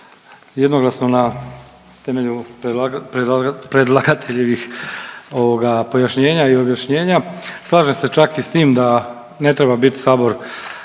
jednoglasno na temelju predlagateljevih pojašnjenja i objašnjenja, slažem se čak i s tim da ne treba bit Sabor